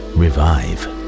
revive